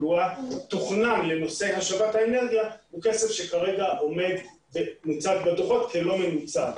אבל הוא תוכנן לנושא השבת האנרגיה, הוא כסף שכרגע מוצג בדוחות כלא מנוצל.